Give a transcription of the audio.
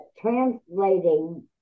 translating